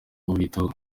ubitaho